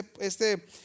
este